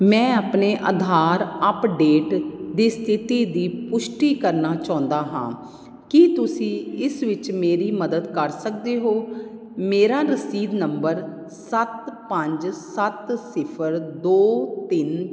ਮੈਂ ਆਪਣੇ ਆਧਾਰ ਅਪਡੇਟ ਦੀ ਸਥਿਤੀ ਦੀ ਪੁਸ਼ਟੀ ਕਰਨਾ ਚਾਹੁੰਦਾ ਹਾਂ ਕੀ ਤੁਸੀਂ ਇਸ ਵਿੱਚ ਮੇਰੀ ਮਦਦ ਕਰ ਸਕਦੇ ਹੋ ਮੇਰਾ ਰਸੀਦ ਨੰਬਰ ਸੱਤ ਪੰਜ ਸੱਤ ਸਿਫ਼ਰ ਦੋ ਤਿੰਨ